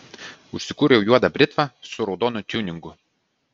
užsikūriau juodą britvą su raudonu tiuningu